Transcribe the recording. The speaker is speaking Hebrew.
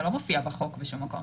זה לא מופיע בחוק בשום מקום.